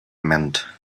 meant